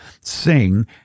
sing